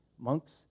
Monks